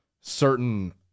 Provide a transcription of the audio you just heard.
certain